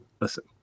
listen